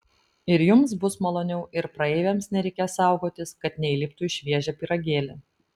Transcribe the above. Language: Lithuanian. ir jums bus maloniau ir praeiviams nereikės saugotis kad neįliptų į šviežią pyragėlį